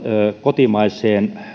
kotimaiseen